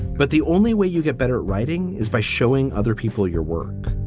but the only way you get better writing is by showing other people your work.